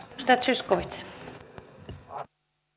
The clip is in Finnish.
arvoisa